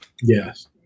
yes